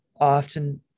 often